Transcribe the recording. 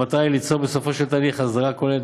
המטרה היא ליצור בסופו של התהליך אסדרה כוללת,